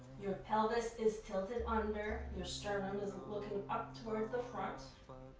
your pelvis is tilted under, your sternum is looking up towards the front,